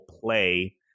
play